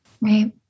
Right